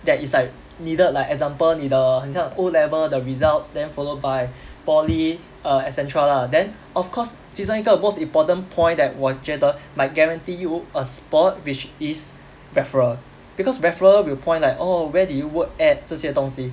that is like needed like example 你的很像 O level the results then followed by poly err et cetera lah then of course 其中一个 most important point that 我觉得 might guarantee you a spot which is referral because referral will point like oh where did you work at 这些东西